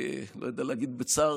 לא יודע אם להגיד בצערכם,